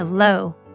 Hello